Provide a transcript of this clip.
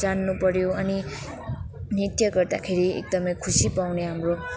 जान्नु पऱ्यो अनि नृत्य गर्दाखेरि एकदमै खुसी पाउने हाम्रो